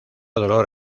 dolor